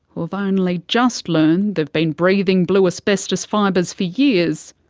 who have only just learned they've been breathing blue asbestos fibres for years,